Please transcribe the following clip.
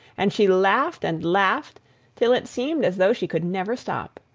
and she laughed and laughed till it seemed as though she could never stop.